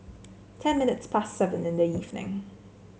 ten minutes past seven in the evening